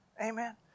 Amen